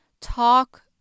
talk